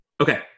Okay